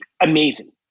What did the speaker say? amazing